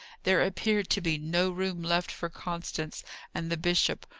there appeared to be no room left for constance and the bishop,